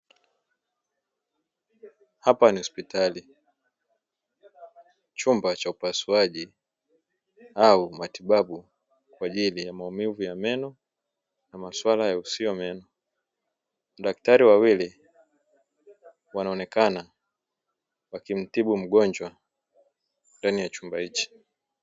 Hapa ni hospitali, chumba cha upasuaji au matibabu kwajili ya maumivu ya meno na maswala yahusuyo meno, madaktari wawili wanaonekana wakimtibu mgonjwa ndani ya chumba hichi.